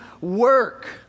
work